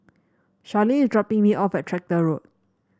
Charlene is dropping me off at Tractor Road